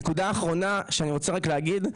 נקודה אחרונה שאני רוצה רק להגיד,